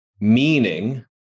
Meaning